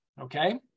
okay